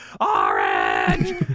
Orange